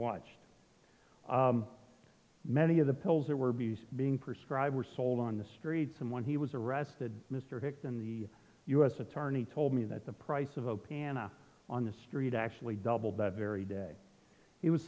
watched many of the pills that were being prescribed were sold on the street someone he was arrested mr hicks in the u s attorney told me that the price of opana on the street actually doubled that very day he was